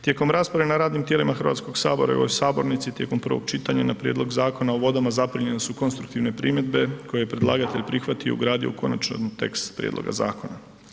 Tijekom rasprave na radnim tijelima Hrvatskog sabora i u ovoj sabornici tijekom prvog čitanja na prijedlog Zakona o vodama zaprimljene su konstruktivne primjedbe koje je predlagatelj prihvatio, ugradio u konačan tekst prijedloga zakona.